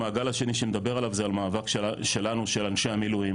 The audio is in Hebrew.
המעגל השני שנדבר עליו זה על מאבק שלנו של אנשים המילואים,